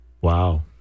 Wow